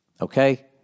Okay